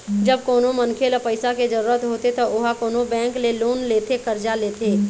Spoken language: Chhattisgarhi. जब कोनो मनखे ल पइसा के जरुरत होथे त ओहा कोनो बेंक ले लोन लेथे करजा लेथे